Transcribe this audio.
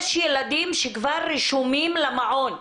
יש ילדים שכבר רשומים למעון.